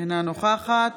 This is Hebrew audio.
אינה נוכחת